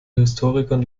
historikern